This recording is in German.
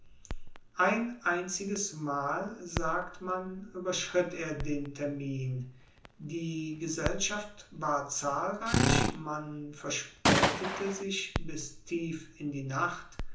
ein einziges mal sagt man überschritt er den termin die gesellschaft war zahlreich man verspätete sich bis tief in die nacht